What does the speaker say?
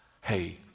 Hey